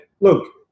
look